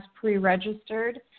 pre-registered